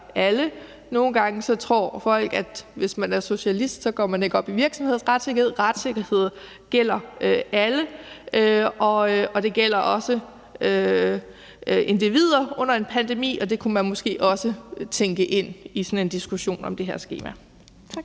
Nogle gange tror folk, at hvis man er socialist, går man ikke op i virksomheders retssikkerhed. Retssikkerhed gælder alle, og det gælder også individer under en pandemi, og det kunne man måske også tænke ind i sådan en diskussion om det her skema. Tak.